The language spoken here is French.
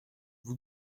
vous